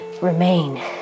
Remain